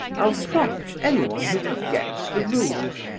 i'll prompt anyone who forgets the rules!